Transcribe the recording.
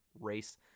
race